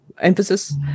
emphasis